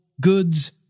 goods